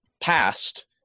past